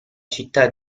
città